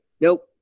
Nope